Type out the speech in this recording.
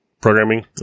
programming